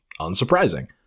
unsurprising